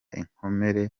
inkomere